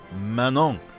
Manon